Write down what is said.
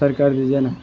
سر کر دیجیے نا